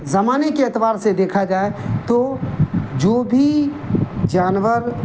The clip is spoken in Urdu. زمانے کے اعتبار سے دیکھا جائے تو جو بھی جانور